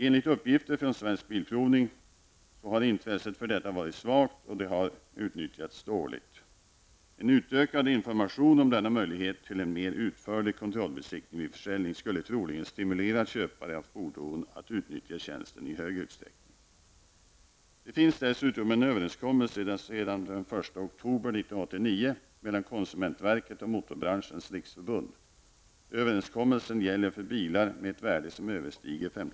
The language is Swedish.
Enligt uppgifter från Svensk Bilprovning har intresset för detta varit svagt och det har utnyttjats dåligt. En utökad information om denna möjlighet till en mer utförlig kontrollbesiktning vid försäljning, skulle troligen stimulera köpare av fordon att utnyttja tjänsten i högre utsträckning. Det finns dessutom en överenskommelse sedan den kr.